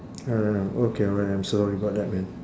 alright okay alright I'm sorry about that man